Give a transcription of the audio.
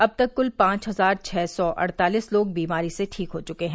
अब तक कुल पांच हजार छह सौ अड़तालीस लोग बीमारी से ठीक हो चुके हैं